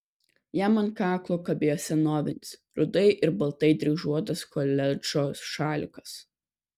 jam ant kaklo kabėjo senovinis rudai ir baltai dryžuotas koledžo šalikas